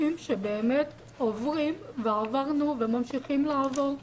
שבאמת עוברים ועברנו וממשיכים לעבור,